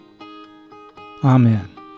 Amen